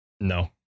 No